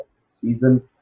season